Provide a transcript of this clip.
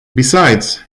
besides